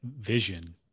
vision